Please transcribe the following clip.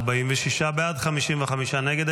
46 בעד, 55 נגד.